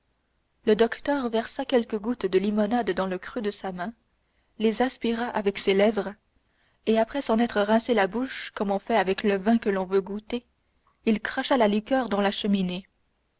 le docteur versa quelques gouttes de limonade dans le creux de sa main les aspira avec ses lèvres et après s'en être rincé la bouche comme on fait avec le vin que l'on veut goûter il cracha la liqueur dans la cheminée